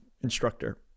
instructor